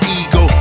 ego